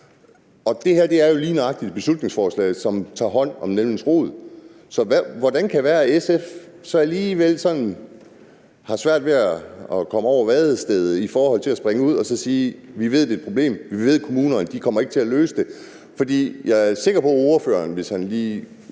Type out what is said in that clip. Det her er jo lige nøjagtig et beslutningsforslag, som tager hånd om nældens rod, så hvordan kan det være, at SF så alligevel har svært ved at komme over vadestedet i forhold til at springe ud og sige: Vi ved, det er et problem; vi ved, at kommunerne ikke kommer til at løse det? For jeg er sikker på, at ordføreren,